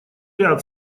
ряд